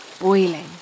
boiling